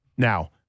Now